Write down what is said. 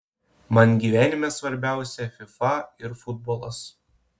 man gyvenime svarbiausia fifa ir futbolas